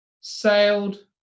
sailed